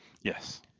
Yes